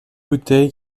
bouteille